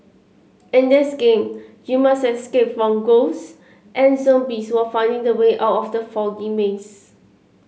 in this game you must escape from ghosts and zombies while finding the way out from the foggy maze